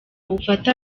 bufata